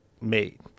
made